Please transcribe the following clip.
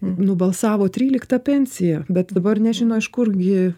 nubalsavo tryliktą pensiją bet dabar nežino iš kur gi